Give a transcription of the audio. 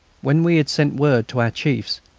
when we had sent word to our chiefs,